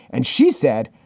and she said,